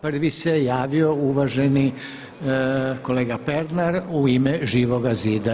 Prvi se javio uvaženi kolega Pernar u ime Živoga zida.